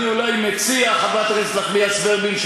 מאה אחוז, מאה אחוז, חברת הכנסת נחמיאס ורבין.